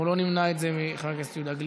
אנחנו לא נמנע את זה מחבר הכנסת יהודה גליק.